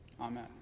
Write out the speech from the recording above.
Amen